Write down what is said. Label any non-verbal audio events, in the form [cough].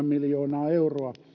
[unintelligible] miljoonaa euroa